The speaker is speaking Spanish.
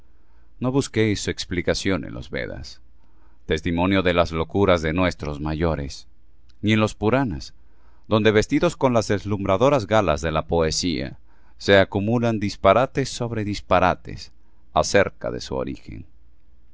no busquéis su explicación en los vedas testimonios de las locuras de nuestros mayores ni en los puranas donde vestidos con las deslumbradoras galas de la poesía se acumulan disparates sobre disparates acerca de su origen